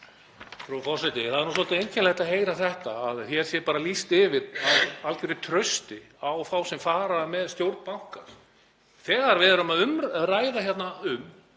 Það er nú svolítið einkennilegt að heyra það að hér sé bara lýst yfir algeru trausti á þá sem fara með stjórn bankans þegar við erum að ræða hérna um